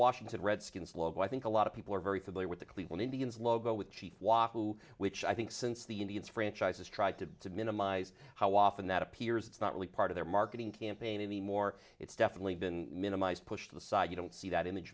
washington redskins logo i think a lot of people are very familiar with the cleveland indians logo with chief wahoo which i think since the indians franchise has tried to minimize how often that appears it's not really part of their marketing campaign anymore it's definitely been minimized pushed aside you don't see that i